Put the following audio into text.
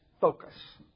focus